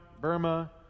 Burma